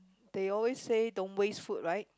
they always say don't waste food right